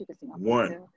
one